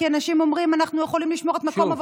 כי אנשים אומרים: אנחנו יכולים לשמור את מקום עבודתנו,